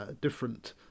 different